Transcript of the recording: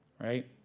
right